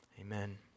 Amen